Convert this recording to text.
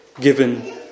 given